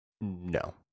No